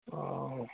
ہاں